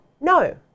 no